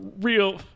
real